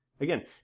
Again